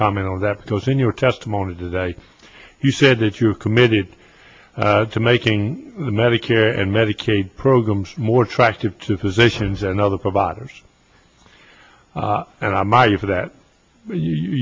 comment on that because in your testimony today he said that you are committed to making the medicare and medicaid programs more attractive to physicians and other providers and i my you for that you